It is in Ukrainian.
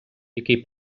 який